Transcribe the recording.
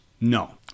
no